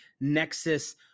nexus